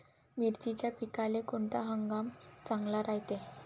मिर्चीच्या पिकाले कोनता हंगाम चांगला रायते?